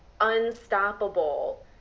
unstoppable